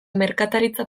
merkataritza